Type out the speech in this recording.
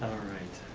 alright,